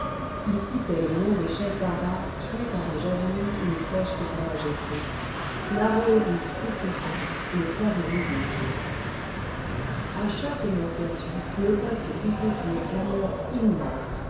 il citait le nom des chefs barbares tués par les javelines ou les flèches de sa majesté l'aroëris tout-puissant le favori des dieux à chaque énonciation le peuple poussait une clameur immense